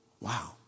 Wow